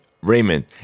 Raymond